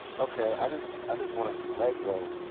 okay. i just i just wanted some leg room.